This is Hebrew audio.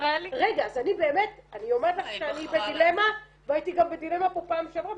אני אומרת לך שאני בדילמה והייתי גם בדילמה פה בפעם שעברה,